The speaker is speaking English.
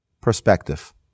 perspective